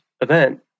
event